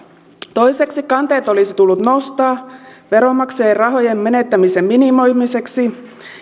toiseksi kanteet olisi tullut nostaa veronmaksajien rahojen menettämisen minimoimiseksi